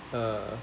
uh